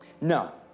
No